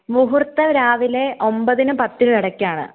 മുഹൂർത്തം രാവിലെ ഒൻപതിനും പത്തിനും ഇടയ്ക്കാണ്